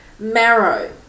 marrow